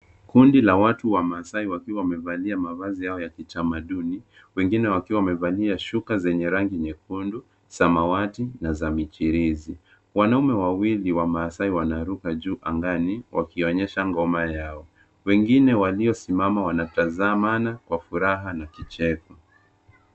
Kundi la Watu Wamaasai wakiwa wamevalia mavazi yao ya kitamaduni. Wengine wakiwa wamevalia shuka zenye rangi nyekundu, samawati, na za michirizi. Wanaume wawili Wamaasai wanaruka juu angani wakionyesha ngoma yao. Wengine waliosimama wanatazamana kwa furaha na kicheko.